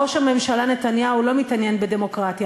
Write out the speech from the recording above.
ראש הממשלה נתניהו, לא מתעניין בדמוקרטיה.